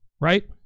right